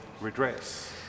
redress